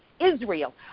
israel